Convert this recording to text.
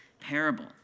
parable